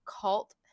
cult